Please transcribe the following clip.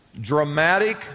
dramatic